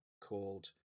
called